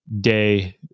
day